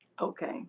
Okay